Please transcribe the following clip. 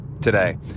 today